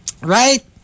Right